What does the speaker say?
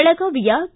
ಬೆಳಗಾವಿಯ ಕೆ